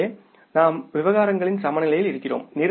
எனவே நாம் விவகாரங்களின் சமநிலையில் இருக்கிறோம்